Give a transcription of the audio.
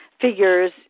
figures